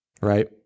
Right